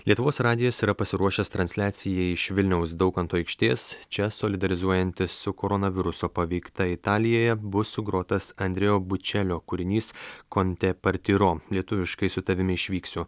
lietuvos radijas yra pasiruošęs transliacijai iš vilniaus daukanto aikštės čia solidarizuojantis su koronaviruso paveikta italijoje bus sugrotas andrejaus bučelio kūrinys con te partiro lietuviškai su tavimi išvyksiu